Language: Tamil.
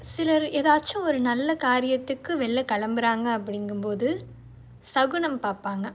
சிலர் ஏதாச்சும் ஒரு நல்ல காரியத்துக்கு வெளியில் கிளம்புறாங்க அப்படிங்கும்போது சகுனம் பார்ப்பாங்க